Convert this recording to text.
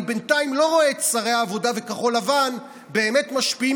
בינתיים אני לא רואה את שרי העבודה וכחול לבן באמת משפיעים